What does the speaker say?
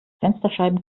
fensterscheiben